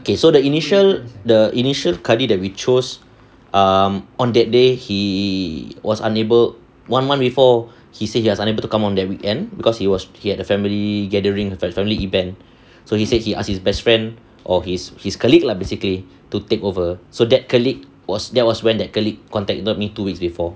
okay so the initial the initial kadi that we chose um on that day he was unable one month before he said he was unable to come on that weekend because he was he had a family gathering family event so he said he asked his best friend or his his colleague lah basically to take over so that colleague was there was when that colleague contacted me two weeks before